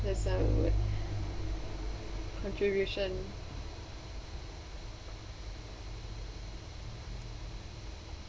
that's a contribution